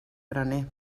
graner